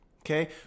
Okay